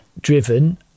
driven